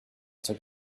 took